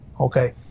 okay